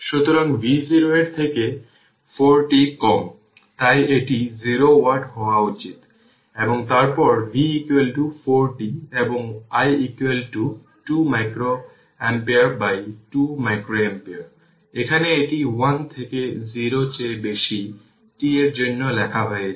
সুতরাং v 0 এর থেকে 4 t কম তাই এটি 0 ওয়াট হওয়া উচিত এবং তারপর v 4 t এবং i 2 মাইক্রোঅ্যাম্পিয়ার বাই 2 মাইক্রোঅ্যাম্পিয়ার এখানে এটি 1 থেকে 0 চেয়ে বেশি t এর জন্য লেখা হয়েছে